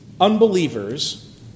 Unbelievers